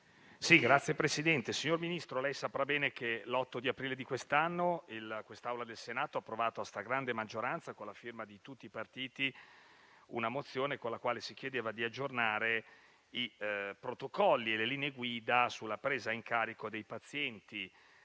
*(L-SP-PSd'Az)*. Signor Ministro, lei saprà bene che l'8 aprile di quest'anno l'Assemblea del Senato ha approvato a stragrande maggioranza, con la firma di tutti i Gruppi, una mozione con la quale si chiedeva di aggiornare i protocolli e le linee guida sulla presa in carico dei pazienti